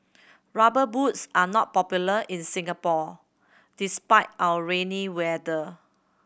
Rubber Boots are not popular in Singapore despite our rainy weather